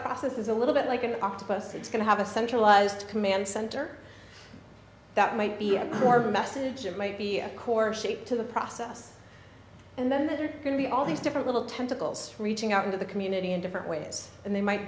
process is a little bit like an octopus it's going to have a centralized command center that might be a larger message it might be a core shape to the process and then there's going to be all these different little tentacles reaching out into the community in different ways and they might